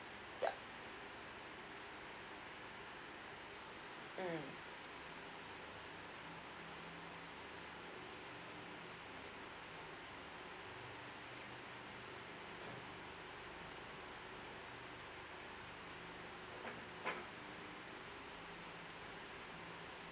yup mm